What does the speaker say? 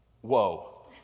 Whoa